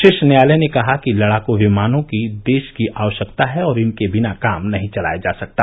शीर्ष न्यायालय ने कहा कि लड़ाकू विमानों की देश को आवश्यकता है और इनके बिना काम नहीं चलाया जा सकता